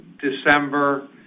December